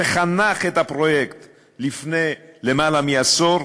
שחנך את הפרויקט לפני למעלה מעשור,